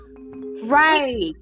Right